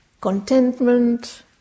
contentment